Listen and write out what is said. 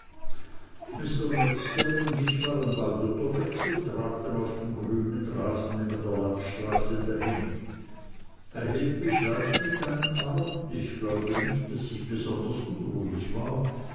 und ich waren bald unterwegs und trabten auf dem grünen rasen neben der landstraße dahin er hielt mich leicht mit einem arm und ich glaube nicht daß ich besonders unruhig war